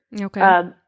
Okay